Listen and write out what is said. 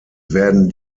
werden